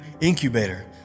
incubator